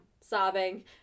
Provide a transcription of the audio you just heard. Sobbing